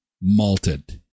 Malted